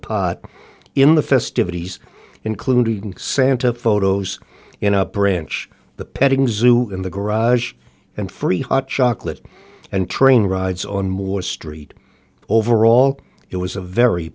pot in the festivities including santa photos in a branch the petting zoo in the garage and free hot chocolate and train rides on more street overall it was a very